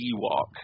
Ewok